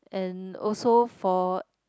and also for